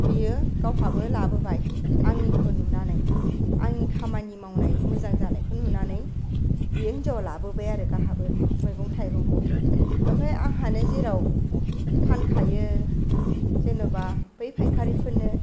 बियो गावहाबो लाबोबाय आंनिखौ नुनानै आंनि खामानि मावनाय मोजां जानायखौ नुनानै बियो हिनजावा लाबोबाय आरो गावहाबो मैगं थाइगंखौ ओमफाय आंहानो जेराव फानखायो जेन'बा बै फायखारिफोरनो